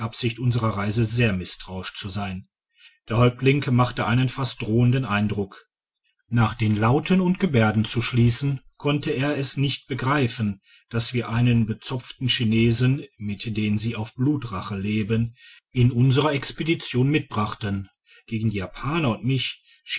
absicht unserer reise sehr misstrauisch zu sein der häuptling machte einen fast drohenden eindruck nach den lauten und gebärden zu schliessen konnte er es nicht begreifen dass wir einen bezopften chinesen mit denen sie auf blutrache leben in unserer expedition mitbrachten gegen die